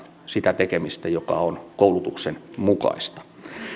sitä tekemistä joka on koulutuksen mukaista